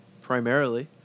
primarily